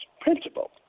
principle